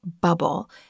bubble